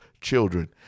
children